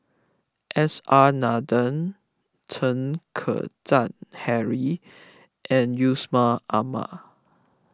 S R Nathan Chen Kezhan Henri and Yusman Aman